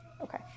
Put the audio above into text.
okay